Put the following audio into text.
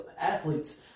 Athletes